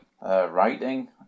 writing